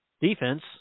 defense